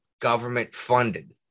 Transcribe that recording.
government-funded